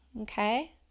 okay